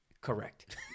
Correct